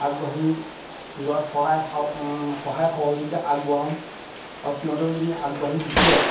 আগবাঢ়ি যোৱাত সহায় সহযোগিতা আগবঢ়াম আৰু সিহঁতেও যদি আগবাঢ়ি গুচি যায়